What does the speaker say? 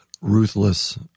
ruthless